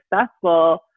successful